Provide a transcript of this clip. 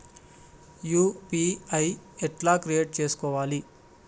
UPI ఎట్లా create చేసుకోవాలి?